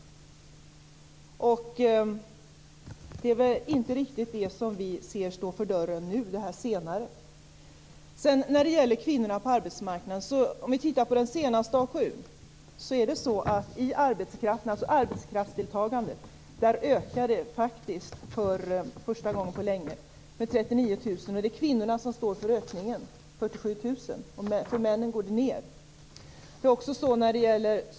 Det är inte riktigt det som vi ser står för dörren nu. Om vi ser på den senaste AKU:n ökade arbetskraftsdeltagandet för första gången på länge. Ökningen uppgår till 39 000, och det är kvinnorna som står för den ökningen - 47 000. Men för männen går det ned.